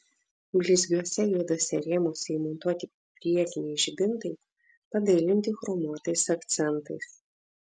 blizgiuose juoduose rėmuose įmontuoti priekiniai žibintai padailinti chromuotais akcentais